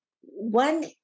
One